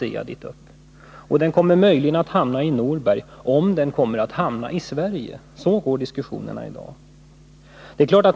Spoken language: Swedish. Denna eventuella industri kan möjligen placeras i Norberg, om den över huvud taget placeras i Sverige — så går diskussionerna i dag.